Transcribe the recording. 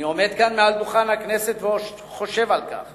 אני עומד כאן על דוכן הכנסת וחושב על כך